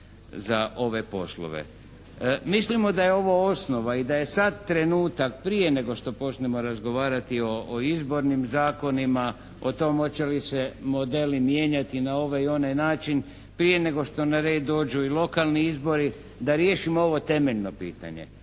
za ove poslove. Mislimo da je ovo osnova i da je sad trenutak prije nego što počnemo razgovarati o izbornim zakonima, o tom hoće li se modeli mijenjati na ovaj i onaj način, prije nego što na redu dođu i lokalni izbori da riješimo ovo temeljno pitanje.